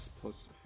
plus